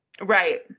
Right